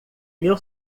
meu